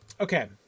okay